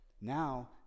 Now